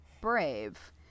brave